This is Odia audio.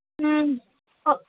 ହୁଁ ହଁ